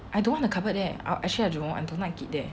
I don't want the cupboard there I actually don't want I don't like it there